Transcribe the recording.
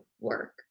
work